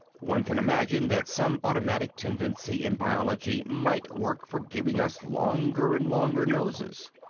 one can imagine that some automatic tendency in biology might work for giving us longer and longer noses.